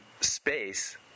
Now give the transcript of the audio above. space